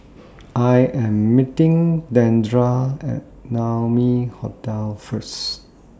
I Am meeting Dandre At Naumi Hotel First